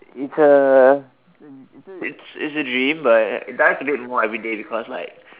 it's a it it's a dream but it dies a bit more everyday because like